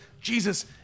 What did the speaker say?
Jesus